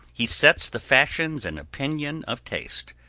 he sets the fashions and opinion of taste,